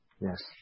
Yes